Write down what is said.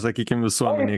sakykim visuomenėj